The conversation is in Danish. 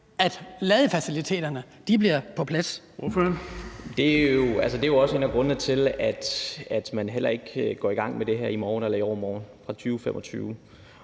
Mohammad Rona (M): Altså, det er jo også en af grundene til, at man heller ikke går i gang med det her i morgen eller i overmorgen, men fra 2025.